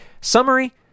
summary